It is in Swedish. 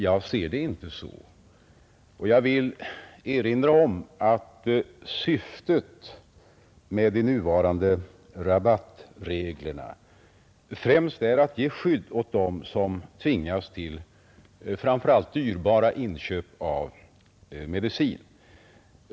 Jag ser det inte så, och jag vill erinra om att syftet med de nuvarande rabattreglerna främst är att ge skydd åt dem som tvingas till framför allt dyrbara inköp av medicin.